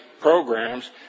programs